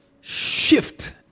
shift